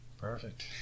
perfect